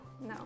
No